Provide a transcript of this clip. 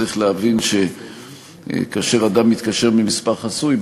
צריך להבין שכאשר אדם מתקשר ממספר חסוי,